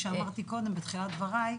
אבל לא רק זה, כפי שאמרתי קודם בתחילת דבריי,